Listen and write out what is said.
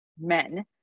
men